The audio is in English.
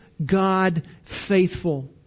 God-faithful